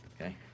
Okay